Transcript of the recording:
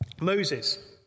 Moses